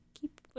keep